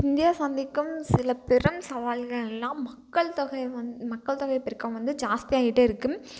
India சந்திக்கும் சில பெரும் சவால்கள்னா மக்கள் தொகை மக்கள் தொகை பெருக்கம் வந்து ஜாஸ்த்தி ஆகிட்டே இருக்குது